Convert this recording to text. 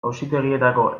auzitegietako